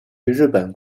日本